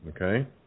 okay